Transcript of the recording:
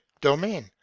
domain